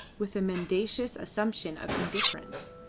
with a mendacious assumption of indifference.